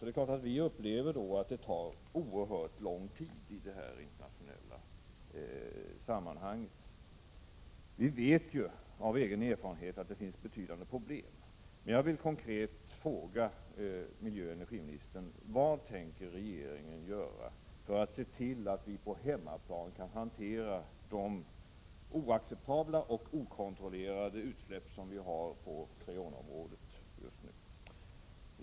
Det är klart att vi då upplevde att det tar oerhört lång tid i de internationella sammanhangen. Vi vet av egen erfarenhet att det finns betydande problem, men jag vill konkret fråga miljöoch energiministern: Vad tänker regeringen göra för att se till att vi på hemmaplan kan hantera de oacceptabla och okontrollerade utsläpp som vi just nu har på freonområdet?